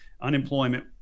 Unemployment